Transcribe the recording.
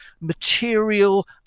material